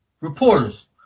reporters